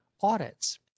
audits